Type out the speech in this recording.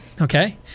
okay